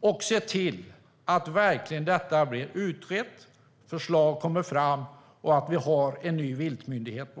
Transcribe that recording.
och se till att det verkligen blir utrett, att förslag kommer fram och att vi får en ny viltmyndighet på plats.